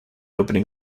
opening